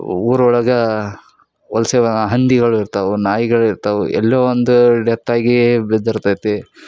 ಊರೊಳಗೆ ವಲಸೆ ಹಂದಿಗಳು ಇರ್ತವೆ ನಾಯಿಗಳು ಇರ್ತವೆ ಎಲ್ಲೋ ಒಂದು ಡೆತ್ತಾಗಿ ಬಿದ್ದಿರ್ತೈತಿ